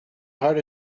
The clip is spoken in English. heart